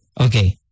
Okay